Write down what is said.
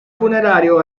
funerario